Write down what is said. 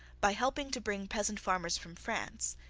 by helping to bring peasant farmers from france,